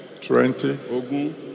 twenty